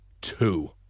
two